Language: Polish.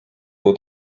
było